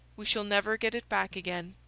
we shall never get it back again.